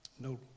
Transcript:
no